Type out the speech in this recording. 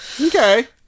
Okay